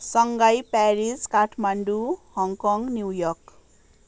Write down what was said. Shanghai Paris Kathmandu Hong Kong New York